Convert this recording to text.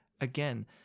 again